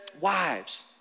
Wives